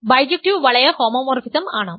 bijective വളയ homomorphism ആണ്